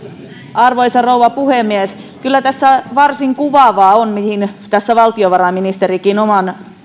arvoisa rouva puhemies kyllä tässä varsin kuvaavaa on mihin tässä valtiovarainministerikin oman